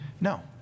No